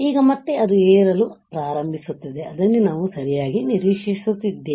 ಈಗ ಮತ್ತೆ ಅದು ಏರಲು ಪ್ರಾರಂಭಿಸುತ್ತದೆ ಅದನ್ನೇ ನಾವು ಸರಿಯಾಗಿ ನಿರೀಕ್ಷಿಸುತ್ತಿದ್ದೇವೆ